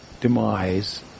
demise